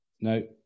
No